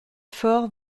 fort